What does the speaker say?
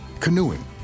canoeing